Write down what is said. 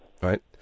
right